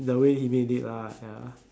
the way he made it lah ya